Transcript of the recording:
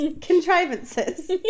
Contrivances